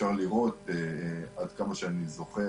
אפשר לראות עד כמה שאני זוכר,